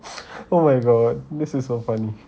oh my god this is so funny